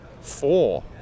four